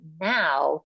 now